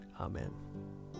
Amen